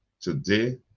today